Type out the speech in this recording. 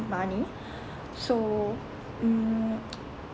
money so mm